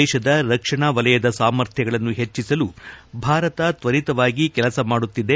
ದೇಶದ ರಕ್ಷಣಾ ವಲಯದ ಸಾಮರ್ಥ್ಯಗಳನ್ನು ಹೆಚ್ಚಿಸಲು ಭಾರತ ತ್ವರಿತವಾಗಿ ಕೆಲಸ ಮಾಡುತ್ತಿದೆ